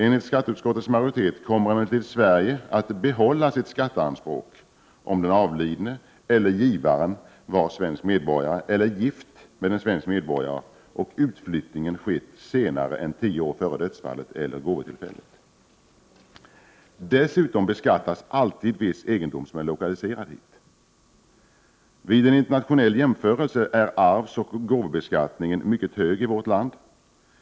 Enligt skatteutskottets majoritet kommer emellertid Sverige att behålla sitt skatteanspråk om den avlidne eller givaren var svensk medborgare eller gift med en svensk medborgare och utflyttningen skett senare än tio år före dödsfallet eller gåvotillfället. Dessutom beskattas alltid viss egendom som är lokaliserad här. Vid en internationell jämförelse är arvsoch gåvobeskattningen mycket högi vårt land.